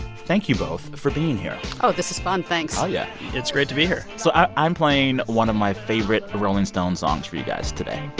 thank you both for being here oh, this is fun. thanks oh, yeah it's great to be here so i'm playing one of my favorite rolling stone songs for you guys today